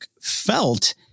felt